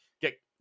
get